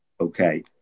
okay